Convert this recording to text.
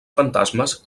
fantasmes